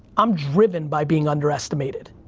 i'm driven by being underestimated,